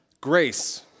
grace